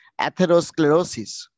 atherosclerosis